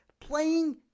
playing